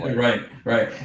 right, right.